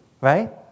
right